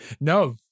No